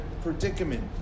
predicament